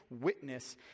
witness